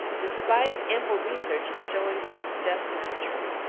despite ample research showing that it's just not true.